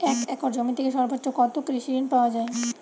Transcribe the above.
এক একর জমি থেকে সর্বোচ্চ কত কৃষিঋণ পাওয়া য়ায়?